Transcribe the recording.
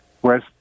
whereas